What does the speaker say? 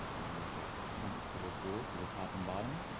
and make it point four four for the top and bottom